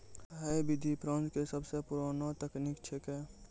है विधि फ्रांस के सबसो पुरानो तकनीक छेकै